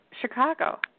Chicago